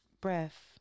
breath